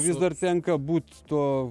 vis dar tenka būt tuo